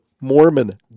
Mormon